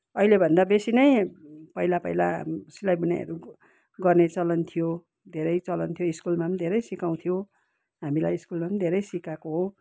अहिलेभन्दा बेसी नै पहिला पहिला सिलाइ बुनाइहरू गर्ने चलन थियो धेरै चलन थियो स्कुलमा पनि धेरै सिकाउँथ्यो हामीलाई स्कुलमा पनि धेरै सिकाएको हो